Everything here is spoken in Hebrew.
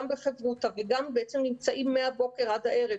בחברותא וגם בעצם נמצאים מהבוקר עד הערב,